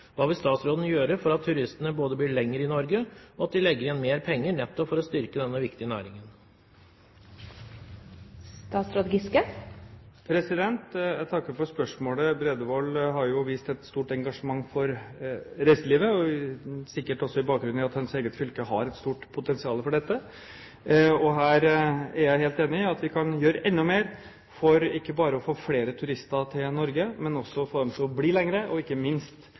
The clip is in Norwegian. Hva vil statsråden gjøre for at turistene både blir lenger i Norge og legger igjen mer penger, nettopp for å styrke denne viktige næringen?» Jeg takker for spørsmålet. Bredvold har vist et stort engasjement for reiselivet, sikkert også med bakgrunn i at hans eget fylke har et stort potensial for dette. Jeg er helt enig i at vi kan gjøre enda mer ikke bare for å få flere turister til Norge, men også for å få dem til å bli lenger og ikke minst